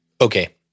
Okay